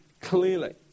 clearly